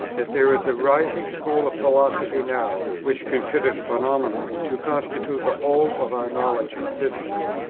that there is a rising school of philosophy now, which considers phenomena to constitute the whole of our knowledge in physics.